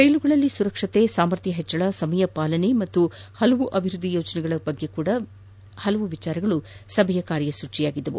ರೈಲುಗಳಲ್ಲಿ ಸುರಕ್ಷತೆ ಸಾಮರ್ಥ್ಯ ಹೆಚ್ಚಳ ಸಮಯ ಪಾಲನೆ ಹಾಗೂ ಹಲವು ಅಭಿವೃದ್ದಿ ಯೋಜನೆಗಳ ಕುರಿತ ವಿಚಾರಗಳು ಸಭೆಯ ಕಾರ್ಯಸೂಚೆಯಾಗಿದ್ದವು